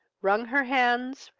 wrung her hands,